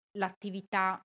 l'attività